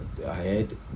Ahead